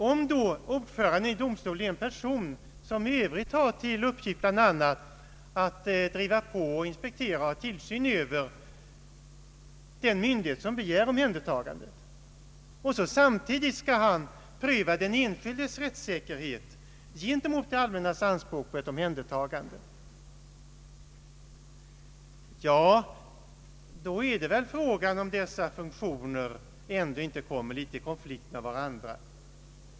Om då ordföranden i domstolen är en person som i övrigt har till uppgift bl.a. att driva på, inspektera och utöva tillsyn över den myndighet som begär omhändertagandet och samtidigt skall pröva den enskildes rättssäkerhet gentemot det allmännas anspråk på ett omhändertagande finns det risk för att dessa funktioner kommer i konflikt med varandra.